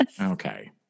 Okay